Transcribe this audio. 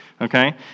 Okay